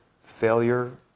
failure